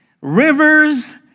rivers